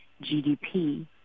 GDP